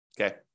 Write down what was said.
Okay